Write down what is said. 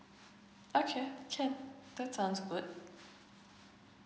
okay can that sounds good